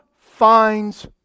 finds